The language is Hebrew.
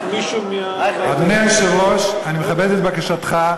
אדוני היושב-ראש, אני מכבד את בקשתך.